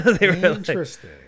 interesting